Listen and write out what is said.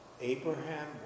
Abraham